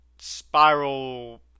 Spiral